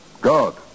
God